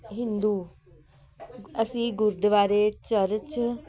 ਹਿੰਦੂ ਅਸੀਂ ਗੁਰਦੁਆਰੇ ਚਰਚ